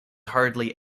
hardly